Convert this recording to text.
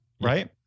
Right